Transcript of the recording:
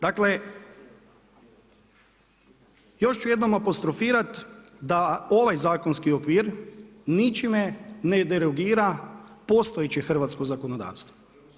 Dakle, još ću jednom apostrofirati da ovaj zakonski okvir ničime ne derogira postojeće hrvatsko zakonodavstvo.